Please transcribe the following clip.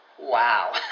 Wow